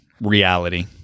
reality